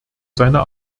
seine